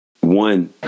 one